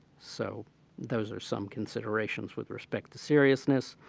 so those are some considerations with respect to seriousness.